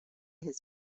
his